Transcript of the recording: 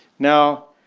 now,